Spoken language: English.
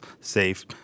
safe